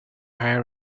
high